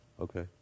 Okay